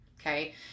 Okay